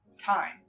time